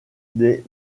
des